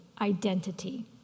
identity